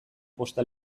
posta